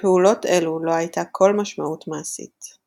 לפעולות אלו לא הייתה כל משמעות מעשית.